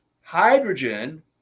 Hydrogen